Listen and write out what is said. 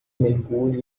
mergulho